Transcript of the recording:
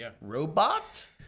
robot